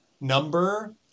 number